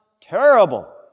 terrible